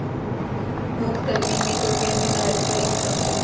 उख तनिक निटोगेन निर्धारितो करे में सक्षम हई